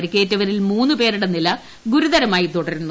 പരിക്കേറ്റവരിൽ മൂന്ന് പേരുടെ നില ഗുരുതരമായി തുടരുന്നു